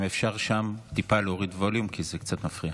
אם אפשר שם טיפה להוריד ווליום, כי זה קצת מפריע.